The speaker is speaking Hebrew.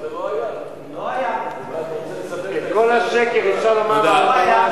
חבר הכנסת סעיד נפאע,